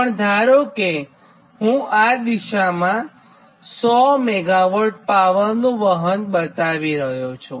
પણ ધારો કે હું આ દિશામાં 100 મેગાવોટ પાવરનું વહન બતાવી રહ્યો છું